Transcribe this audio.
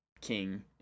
king